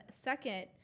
Second